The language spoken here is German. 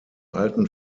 alten